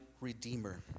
redeemer